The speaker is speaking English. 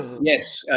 yes